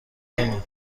کنی